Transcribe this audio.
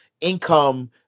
income